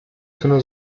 sono